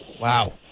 wow